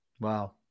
Wow